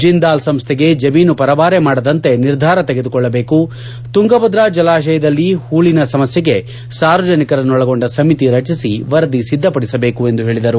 ಜಿಂದಾಲ್ ಸಂಸ್ಥೆಗೆ ಜಮೀನು ಪರಭಾರೆ ಮಾಡದಂತೆ ನಿರ್ಧಾರ ತೆಗೆದುಕೊಳ್ಳಬೇಕು ತುಂಗಭದ್ರ ಜಲಾಶಯದಲ್ಲಿ ಹೂಳಿನ ಸಮಸ್ಯೆಗೆ ಸಾರ್ವಜನಿಕರನ್ನೊಳಗೊಂಡ ಸಮಿತಿ ರಚಿಸಿ ವರದಿ ಸಿದ್ದಪಡಿಸಬೇಕು ಎಂದು ಹೇಳಿದರು